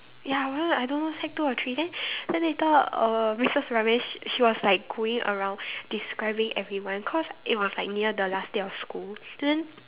ya well I don't know sec two or three then then later uh Missus Ramesh she was like going around describing everyone cause it was like near the last day of school then